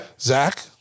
Zach